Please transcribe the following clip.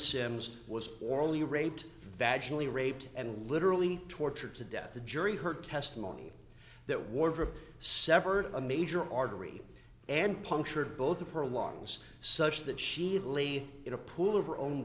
simms was orally raped vachon raped and literally tortured to death the jury heard testimony that wardrobe severed a major artery and punctured both of her longs such that she had laid in a pool of her own